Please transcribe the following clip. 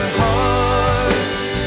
hearts